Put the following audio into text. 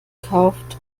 kauft